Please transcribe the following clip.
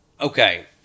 Okay